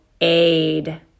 aid